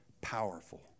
powerful